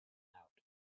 out